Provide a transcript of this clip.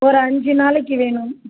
ஒரு அஞ்சு நாளைக்கு வேணும்